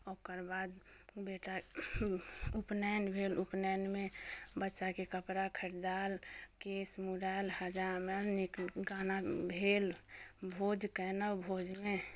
ओकर बाद बेटा उपनैन भेल उपनैनमे बच्चाके कपड़ा खरीदायल केश मुड़ायल हजाम आयल नीक गाना भेल भोज केनहुँ भोज मे